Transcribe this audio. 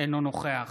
אינו נוכח